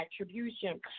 attribution